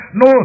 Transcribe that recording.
no